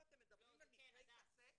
זה קורה.